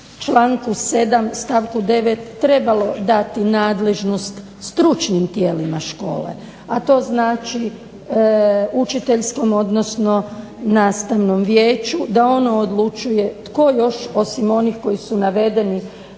članku 7. stavku 9. trebalo dati nadležnost stručnim tijelima škole, a to znači učiteljskom odnosno nastavnom vijeću da ono odlučuje tko još osim onih koji su navedeni